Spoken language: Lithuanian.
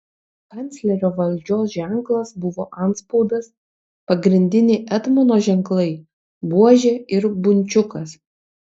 kanclerio valdžios ženklas buvo antspaudas pagrindiniai etmono ženklai buožė ir bunčiukas